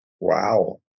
Wow